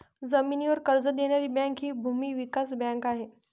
जमिनीवर कर्ज देणारी बँक हि भूमी विकास बँक आहे